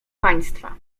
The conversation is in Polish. państwa